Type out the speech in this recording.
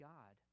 God